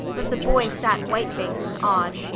but the boy sat white-faced and awed.